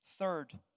Third